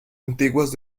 antiguas